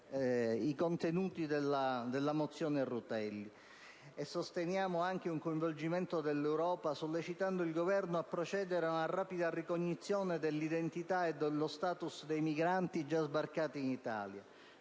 i contenuti della mozione del senatore Rutelli, che invoca un pieno coinvolgimento dell'Europa e sollecita il Governo a procedere ad una rapida ricognizione dell'identità e dello *status* dei migranti già sbarcati in Italia,